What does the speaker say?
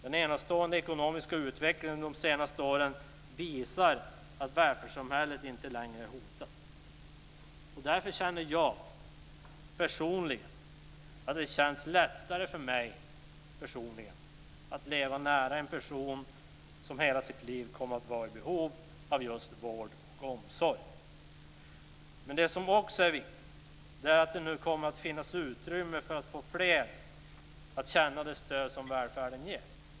Den enastående ekonomiska utvecklingen under de senaste åren visar att välfärdssamhället inte längre är hotat. Därför känns det lättare för mig personligen att leva nära den som hela sitt liv kommer att vara i behov av vård och omsorg. Vad som också är viktigt är att det nu kommer att finnas utrymme för att få fler att känna det stöd som välfärden ger.